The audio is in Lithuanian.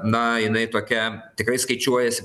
na jinai tokia tikrai skaičiuojasi